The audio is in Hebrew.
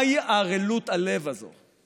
מהי ערלות הלב הזו?